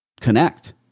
connect